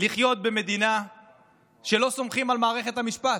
לחיות במדינה שלא סומכים בה על מערכת המשפט?